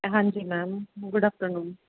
ਹਾਂਜੀ ma'am good afternoon